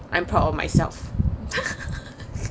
I'm proud of myself